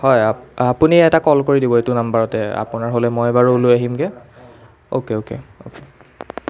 হয় আপুনি এটা কল কৰি দিব এইটো নাম্বাৰতে আপোনাৰ হ'লে মই বাৰু লৈ আহিমগৈ অ'কে অ'কে অ'কে